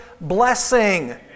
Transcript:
blessing